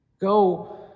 Go